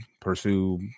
pursue